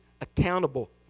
accountable